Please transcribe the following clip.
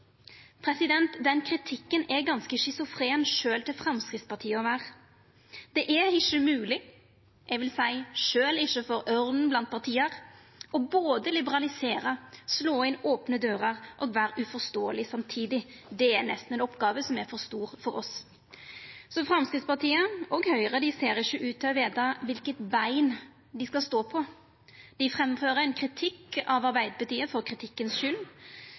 Den kritikken er ganske schizofren, sjølv til Framstegspartiet å vera. Det er ikkje mogleg – eg vil seia sjølv ikkje for ørnen blant parti – både å liberalisera, slå inn opne dører og vera uforståeleg samtidig. Det er nesten ei oppgåve som er for stor for oss. Så Framstegspartiet – og Høgre – ser ikkje ut til å veta kva for bein dei skal stå på. Dei framfører ein kritikk av Arbeidarpartiet for